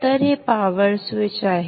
तर हे power switch आहे